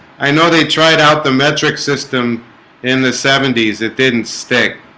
i know they tried out the metric system in the seventy s it didn't stick